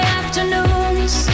afternoons